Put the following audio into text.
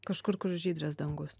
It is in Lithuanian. kažkur kur žydras dangus